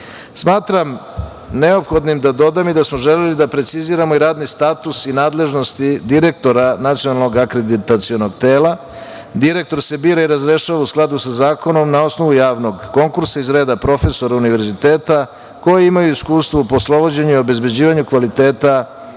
neophodnim da dodam da smo želeli da preciziramo i radni status i nadležnosti direktora Nacionalnog akreditacionog tela. Direktor se bira i razrešava u skladu sa zakonom na osnovu javnog konkursa iz reda profesora univerziteta koji imaju iskustvo u poslovođenju i obezbeđivanju kvaliteta